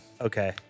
Okay